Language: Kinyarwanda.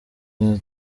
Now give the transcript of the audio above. nta